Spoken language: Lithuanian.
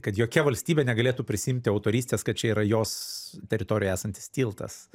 kad jokia valstybė negalėtų prisiimti autorystės kad čia yra jos teritorijoj esantis tiltas